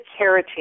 carotene